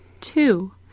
Two